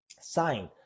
sign